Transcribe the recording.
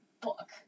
book